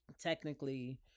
technically